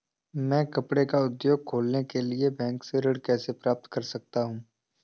मैं कपड़े का उद्योग खोलने के लिए बैंक से ऋण कैसे प्राप्त कर सकता हूँ?